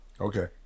Okay